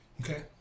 Okay